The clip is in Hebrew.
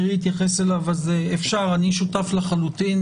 אני שותף לחלוטין